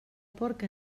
porc